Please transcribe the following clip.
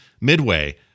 Midway